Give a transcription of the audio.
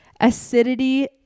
acidity